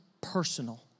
personal